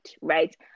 right